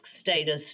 status